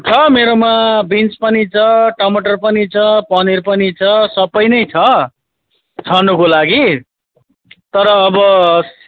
छ मेरोमा बिन्स पनि छ टमाटर पनि छ पनिर पनि छ सबै नै छ छनुको लागि तर अब